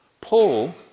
Paul